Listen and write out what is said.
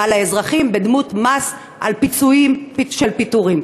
בדמות מס על פיצויים של פיטורים?